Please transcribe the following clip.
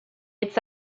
its